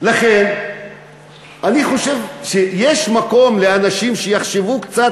לכן אני חושב שיש מקום לאנשים שיחשבו קצת,